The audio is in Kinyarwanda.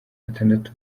batandatu